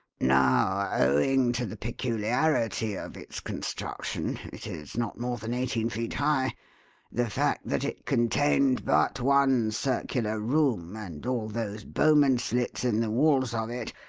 now, owing to the peculiarity of its construction it is not more than eighteen feet high the fact that it contained but one circular room, and all those bowman slits in the walls of it,